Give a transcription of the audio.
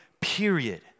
period